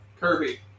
Kirby